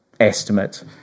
Estimate